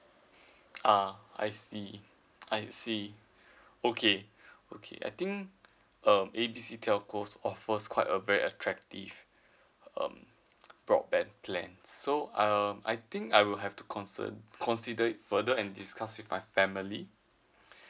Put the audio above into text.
ah I see I see okay okay I think uh A B C telco offers quite a very attractive uh broadband plans so uh uh I think I will have to concern consider it further and discuss with my family